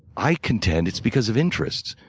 i contend it's because of interests.